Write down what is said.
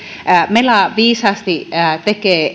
mela viisaasti tekee